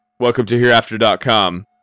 WelcomeToHereafter.com